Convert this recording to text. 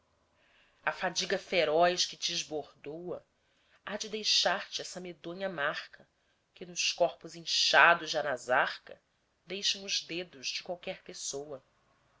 de arquimedes a fadiga feroz que te esbordoa há de deixar te essa medonha marca que nos corpos inchados de anasarca deixam os dedos de qualquer pessoa